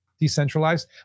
decentralized